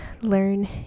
learn